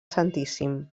santíssim